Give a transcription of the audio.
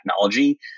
technology